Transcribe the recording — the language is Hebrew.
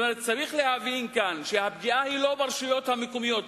צריך להבין כאן שהפגיעה היא לא ברשויות המקומיות,